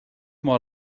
mor